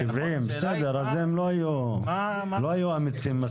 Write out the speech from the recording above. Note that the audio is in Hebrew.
70%. אז הם לא היו אמיצים מספיק.